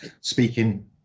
speaking